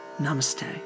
Namaste